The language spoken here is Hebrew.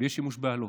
ויש שימוש באלות,